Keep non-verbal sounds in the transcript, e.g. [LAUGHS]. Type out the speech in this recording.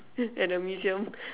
at the museum [LAUGHS]